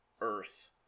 earth